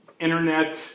Internet